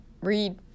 read